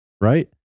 right